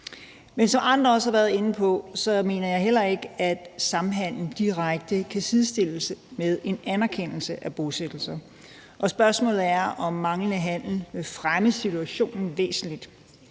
Men ligesom andre ordførere mener jeg heller ikke, at samhandelen direkte kan sidestilles med en anerkendelse af bosættelserne, og spørgsmålet er, om manglende handel vil fremme situationen væsentligt.